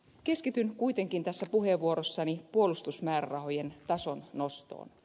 keskityn kuitenkin tässä puheenvuorossani puolustusmäärärahojen tason nostoon